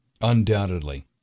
Undoubtedly